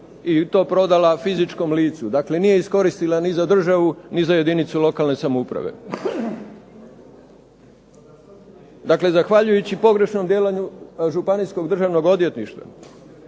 i to prodala fizičkom licu. Dakle, nije iskoristila ni za državu ni za jedinicu lokalne samouprave. Dakle, zahvaljujući pogrešnom djelovanju Županijskog državnog odvjetništva,